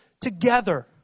together